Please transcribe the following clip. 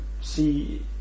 see